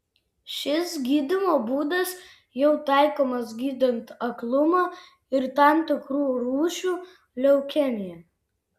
šis gydymo būdas jau taikomas gydant aklumą ir tam tikrų rūšių leukemiją